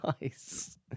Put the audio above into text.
Nice